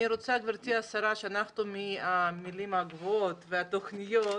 גברתי השרה, אני רוצה שמהמילים הגבוהות והתוכניות,